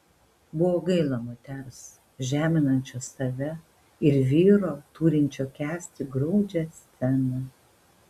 buvo gaila moters žeminančios save ir vyro turinčio kęsti graudžią sceną